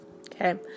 okay